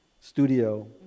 studio